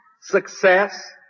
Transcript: success